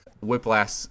whiplash